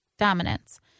dominance